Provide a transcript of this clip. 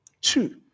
Two